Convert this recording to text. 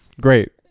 Great